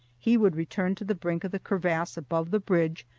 he would return to the brink of the crevasse above the bridge,